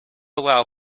allow